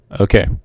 Okay